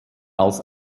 als